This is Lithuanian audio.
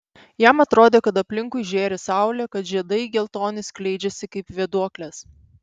jam atrodė kad aplinkui žėri saulė kad žiedai geltoni skleidžiasi kaip vėduoklės